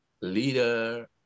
leader